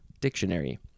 dictionary